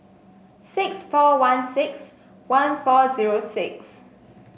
six four one six one four zero six